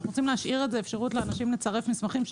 אנחנו רוצים להשאיר לאנשים אפשרות לצרף מסמכים,